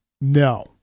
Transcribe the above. No